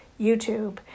YouTube